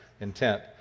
intent